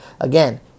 Again